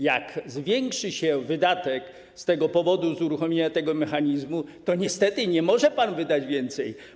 Jak zwiększy się wydatek z tego powodu, z uruchomienia tego mechanizmu, to niestety nie może pan wydać więcej.